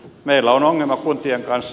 meillä on ongelma kuntien kanssa